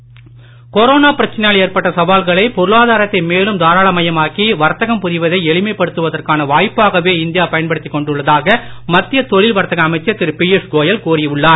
பியூஷ் கோயல் பிரச்சனையால் கொரோனா சவால்களை பொருளாதாரத்தை மேலும் தாராளமயமாக்கி வர்த்தகம் புரிவதை எளிமைப் படுத்துவதற்கான வாய்ப்பாகவே இந்தியா பயன்படுத்திக் கொண்டுள்ளதாக மத்திய தொழில் வர்த்தக அமைச்சர் திரு பியூஷ் கோயல் கூறி உள்ளார்